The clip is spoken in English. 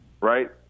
right